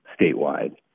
statewide